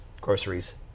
groceries